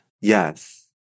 Yes